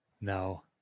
No